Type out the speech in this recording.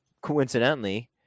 coincidentally